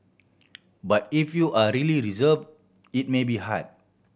but if you are really reserve it may be hard